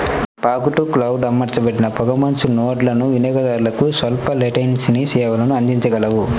fog to cloud అమర్చబడిన పొగమంచు నోడ్లు వినియోగదారులకు స్వల్ప లేటెన్సీ సేవలను అందించగలవు